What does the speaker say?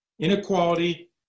inequality